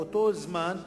באותו זמן,